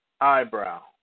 eyebrow